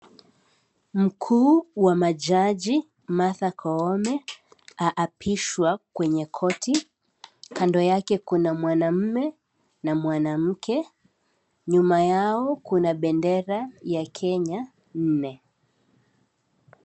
Mkuu wa majaji, Martha Koome, haabishwa kwenye koti. Kando yake kuna mwanaume na mwanamke, na nyuma yao kuna bendera ya Kenya nne.